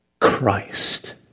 Christ